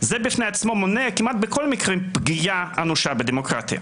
זה בפני עצמו מונע כמעט בכל מקרה פגיעה אנושה בדמוקרטיה.